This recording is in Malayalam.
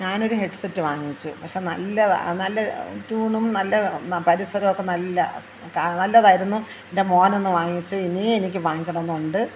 ഞാൻ ഒരു ഹെഡ് സെറ്റ് വാങ്ങിച്ചു പക്ഷേ നല്ല നല്ല ട്യൂണും നല്ല പരിസരമൊക്കെ നല്ലത് നല്ലതായിരുന്നു എൻ്റെ മോൻ ഒന്ന് വാങ്ങിച്ചു ഇനിയും എനിക്ക് വാങ്ങിക്കണമെന്നുണ്ട്